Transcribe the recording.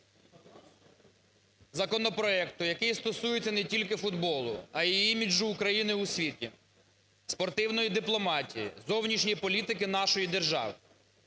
законопроекту, який стосується не тільки футболу, а й іміджу України в світі, спортивної дипломатії, зовнішньої політики нашої держави.